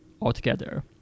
altogether